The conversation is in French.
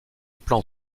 plan